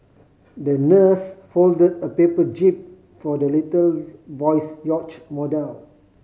the nurse fold a paper jib for the little boy's yacht model